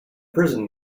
prison